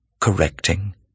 correcting